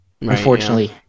unfortunately